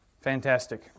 Fantastic